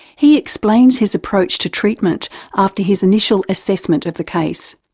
he explains his approach to treatment after his initial assessment of the case.